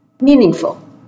meaningful